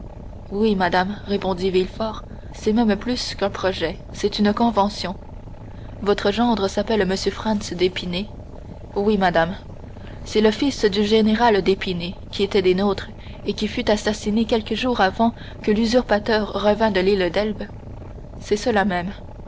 oui madame répondit villefort c'est même plus qu'un projet c'est une convention votre gendre s'appelle m franz d'épinay oui madame c'est le fils du général d'épinay qui était des nôtres et qui fut assassiné quelques jours avant que l'usurpateur revînt de l'île d'elbe c'est cela même